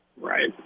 Right